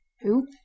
who